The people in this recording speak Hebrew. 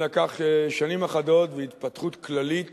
לקח שנים אחדות והתפתחות כללית